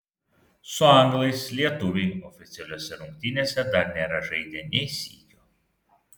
su anglais lietuviai oficialiose rungtynėse dar nėra žaidę nė sykio